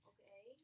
Okay